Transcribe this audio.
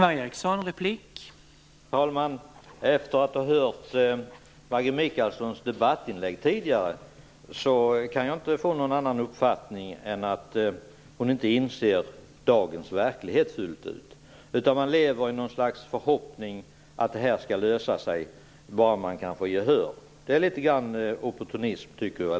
Herr talman! Efter att ha hört Maggi Mikaelssons tidigare debattinlägg kan jag inte ha någon annan uppfattning än att hon inte inser hur dagens verklighet ser ut. Hon lever i något slags förhoppning om att detta skall lösa sig bara man kan få gehör. Det är litet grand av populism, tycker jag.